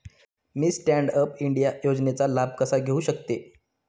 मी stand up India योजनेचा लाभ कसा घेऊ शकते